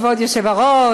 כבוד היושב-ראש,